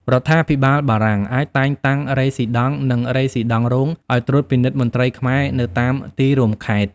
រដ្ឋាភិបាលបារាំងអាចតែងតាំងរេស៊ីដង់ និងរេស៊ីដង់រងឱ្យត្រួតពិនិត្យមន្ត្រីខ្មែរនៅតាមទីរួមខេត្ត។